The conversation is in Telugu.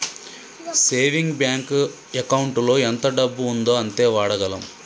సేవింగ్ బ్యాంకు ఎకౌంటులో ఎంత డబ్బు ఉందో అంతే వాడగలం